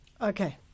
Okay